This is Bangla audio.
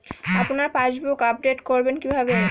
আপনার পাসবুক আপডেট করবেন কিভাবে?